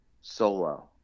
solo